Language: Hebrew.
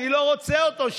אני לא רוצה אותו,